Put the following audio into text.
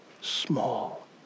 small